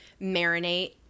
marinate